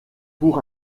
pour